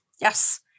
Yes